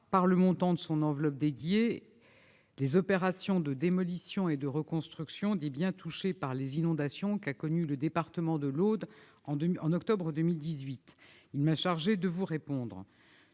par le montant de son enveloppe dédiée, d'engager les opérations de démolition et de reconstruction des biens touchés par les inondations qu'a connues le département de l'Aude en octobre 2018. Il m'a chargée de vous répondre.